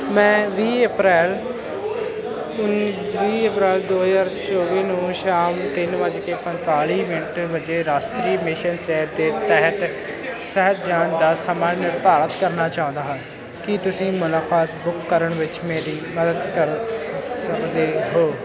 ਮੈਂ ਵੀਹ ਅਪ੍ਰੈਲ ਉਨ ਵੀਹ ਅਪ੍ਰੈਲ ਦੋ ਹਜ਼ਾਰ ਚੌਵੀ ਨੂੰ ਸ਼ਾਮ ਤਿੰਨ ਵੱਜਕੇ ਪਨਤਾਲੀ ਮਿੰਟ ਵਜੇ ਰਾਸ਼ਟਰੀ ਮਿਸ਼ਨ ਸਿਹਤ ਦੇ ਤਹਿਤ ਸਿਹਤ ਜਾਂਚ ਦਾ ਸਮਾਂ ਨਿਰਧਾਰਤ ਕਰਨਾ ਚਾਹੁੰਦਾ ਹਾਂ ਕੀ ਤੁਸੀਂ ਮੁਲਾਕਾਤ ਬੁੱਕ ਕਰਨ ਵਿੱਚ ਮੇਰੀ ਮਦਦ ਕਰ ਸਕਦੇ ਹੋ